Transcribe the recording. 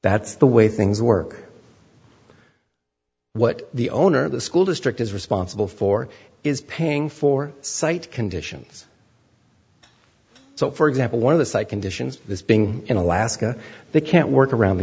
that's the way things work what the owner of the school district is responsible for is paying for site conditions so for example one of the site conditions this being in alaska they can't work around he